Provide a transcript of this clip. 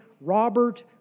Robert